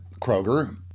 Kroger